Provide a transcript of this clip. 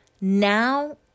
Now